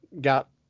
got